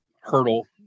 hurdle